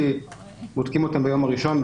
כי בודקים אותם ביום הראשון,